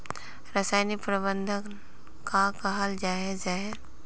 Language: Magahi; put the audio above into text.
रासायनिक प्रबंधन कहाक कहाल जाहा जाहा?